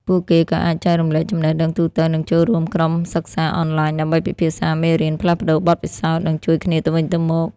ពួកគេក៏អាចចែករំលែក ចំណេះដឹងទូទៅ និងចូលរួម ក្រុមសិក្សាអនឡាញ ដើម្បីពិភាក្សាមេរៀន ផ្លាស់ប្ដូរបទពិសោធន៍ និងជួយគ្នាទៅវិញទៅមក។